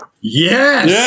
Yes